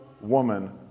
woman